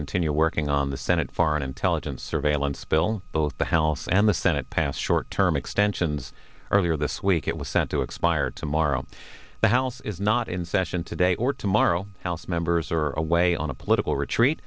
continue working on the senate foreign intelligence surveillance bill both the health and the senate passed a short term extensions earlier this week it was set to expire tomorrow the house is not in session today or tomorrow house members are away on a political retreat